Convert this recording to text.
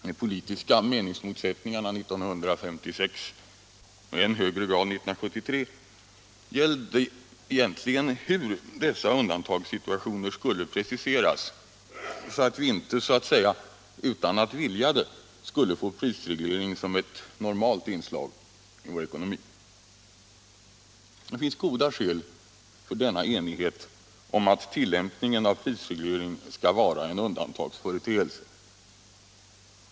De politiska meningsmotsättningarna 1956 och i än högre grad 1973 gällde egentligen hur dessa undantagssituationer skulle preciseras så att vi inte så att säga utan att vilja det skulle få prisreglering som ett normalt inslag i vår ekonomi. Det finns goda skäl för denna enighet om att tillämpningen av prisreglering skall vara en undantags företeelse.